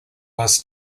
was